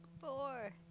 Four